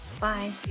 Bye